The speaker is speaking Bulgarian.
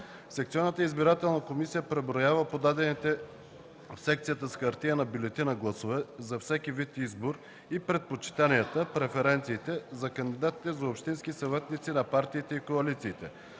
Секционната избирателна комисия преброява подадените в секцията с хартиена бюлетина гласове за всеки вид избор и предпочитанията (преференциите) за кандидатите за общински съветници на партиите и коалициите.